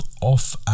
off